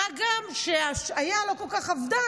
מה גם שהשעיה לא כל כך עבדה,